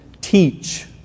teach